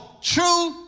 true